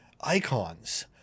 icons